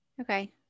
Okay